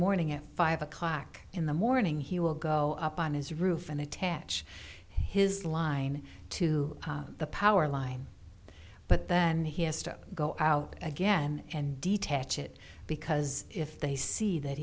morning at five o'clock in the morning he will go up on his roof and attach his line to the power line but then he has to go out again and detach it because if they see that